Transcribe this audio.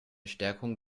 stärkung